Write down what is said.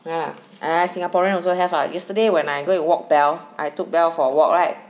ah ah singaporean also have lah yesterday when I go and walk belle I took belle for a walk [right]